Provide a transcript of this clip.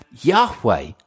Yahweh